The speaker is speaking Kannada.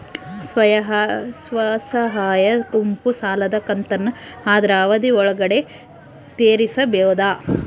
ಸ್ವಸಹಾಯ ಗುಂಪು ಸಾಲದ ಕಂತನ್ನ ಆದ್ರ ಅವಧಿ ಒಳ್ಗಡೆ ತೇರಿಸಬೋದ?